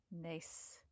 Nice